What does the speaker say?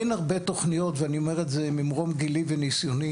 אין הרבה תוכניות ואני אומר את זה ממרום גילי וניסיוני,